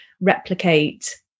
replicate